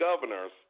governors